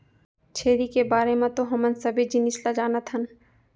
छेरी के बारे म तो हमन सबे जिनिस ल जानत हन